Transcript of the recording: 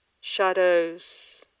shadows